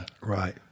Right